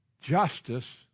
Justice